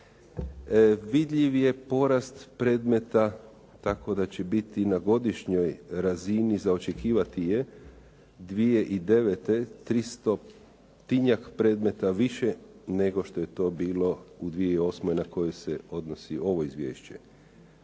vidljiv je porast predmeta tako da će biti na godišnjoj razini za očekivati je 2009. tristotinjak predmeta više nego što je to bilo u 2008. na koju se odnosi ovo izvješće.